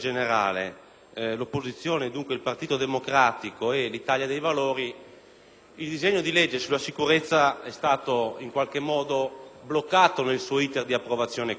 dall'opposizione (dunque dal Partito Democratico e dall'Italia dei Valori), il disegno di legge sulla sicurezza è stato in qualche modo bloccato nel suo *iter* di approvazione qui in Senato.